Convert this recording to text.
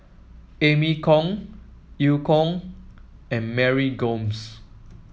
Amy Khor Eu Kong and Mary Gomes